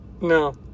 No